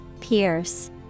Pierce